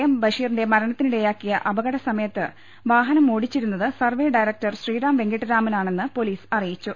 M ബഷീറിന്റെ മരണത്തിനിടയാക്കിയ അപകടസമയത്ത് വാഹനം ഓടിച്ചിരുന്നത് സർവെ ഡയറക്ടർ ശ്രീറാം വെങ്കിട്ടരാമനാണെന്ന് പൊലീസ് അറി യിച്ചു